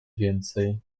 więcej